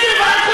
תסבירי מה הם